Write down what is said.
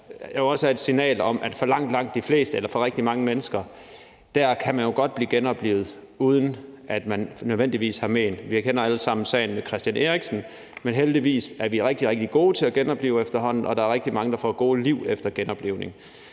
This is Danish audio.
her jo også er et signal om, at for rigtig mange mennesker er det sådan, at man jo godt kan blive genoplivet, uden at man nødvendigvis har men af det. Vi kender alle sammen sagen med Christian Eriksen. Heldigvis er vi rigtig, rigtig gode til at genoplive efterhånden, og der er rigtig mange, der får et godt liv efter genoplivning.